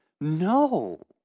No